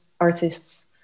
artists